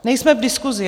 Nejsme v diskusi.